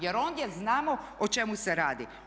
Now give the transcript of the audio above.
Jer ondje znamo o čemu se radi.